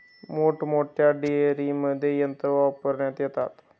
मोठमोठ्या डेअरींमध्ये यंत्रे वापरण्यात येतात